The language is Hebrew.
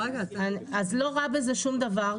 לא רע בזה שום דבר,